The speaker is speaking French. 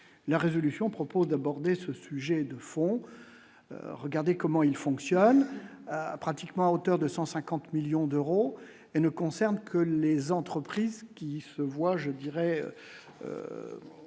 la résolution propose d'aborder ce. Sujet de fond, regardez comment il fonctionne pratiquement à hauteur de 150 millions d'euros et ne concerne que les entreprises. Qui se voit je dirais